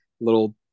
little